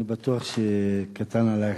אני בטוח ש"קטן עלייך",